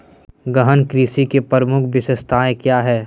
गहन कृषि की प्रमुख विशेषताएं क्या है?